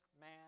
man